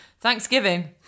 Thanksgiving